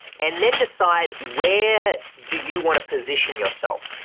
and then decide where do you wanna position yourself?